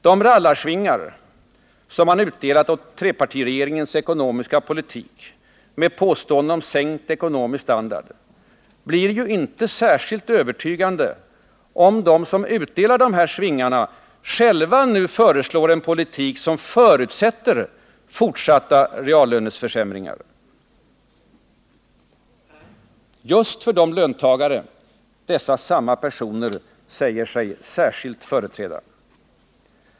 De rallarsvingar som man utdelat åt trepartiregeringens ekonomiska politik med påståenden om sänkt ekonomisk standard blir ju inte särskilt övertygande, om de som utdelar dem själva nu föreslår en politik som förutsätter fortsatta reallöneförsämringar just för de löntagare som samma personer säger sig särskilt företräda.